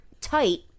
tight